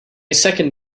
second